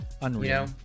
unreal